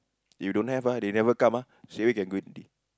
if don't have ah they never come ah straight away can go in already